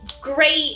great